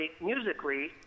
musically